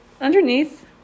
underneath